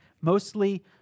mostly